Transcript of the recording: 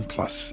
Plus